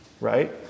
right